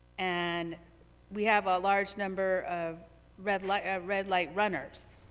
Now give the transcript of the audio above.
and we have a large number of red-light ah red-light runners.